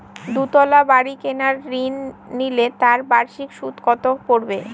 দুতলা বাড়ী কেনার ঋণ নিলে তার বার্ষিক সুদ কত পড়বে?